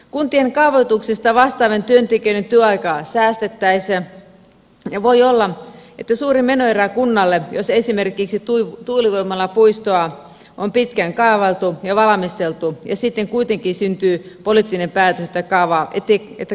kuntien kaavoituksesta vastaavien työntekijöiden työaikaa säästettäisiin ja voi olla suuri menoerä kunnalle jos esimerkiksi tuulivoimalapuistoa on pitkään kaavailtu ja valmisteltu ja sitten kuitenkin syntyy poliittinen päätös ettei kaavaa toteuteta